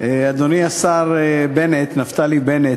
אדוני השר בנט, נפתלי בנט,